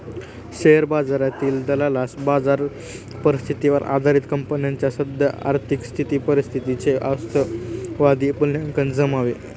share बाजारातील दलालास बाजार परिस्थितीवर आधारित कंपनीच्या सद्य आर्थिक परिस्थितीचे वास्तववादी मूल्यांकन जमावे